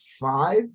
Five